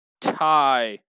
tie